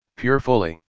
purefully